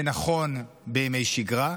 זה נכון בימי שגרה,